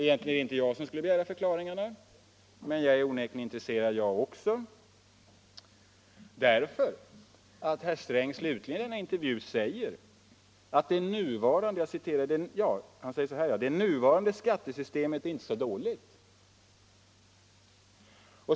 Egentligen är det inte jag som skulle begära förklaringarna, men också jag är onekligen intresserad, eftersom herr Sträng slutligen i denna intervju säger att det nuvarande skattesystemet inte är så dåligt.